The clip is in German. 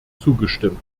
zugestimmt